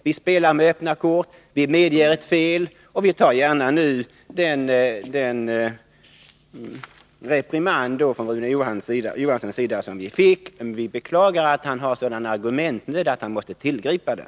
Vi spelar med öppna kort, vi medger ett fel, och vi tar den reprimand som vi fick av Rune Johansson, men vi beklagar att han är i sådan argumentnöd att han måste tillgripa den.